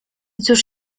cóż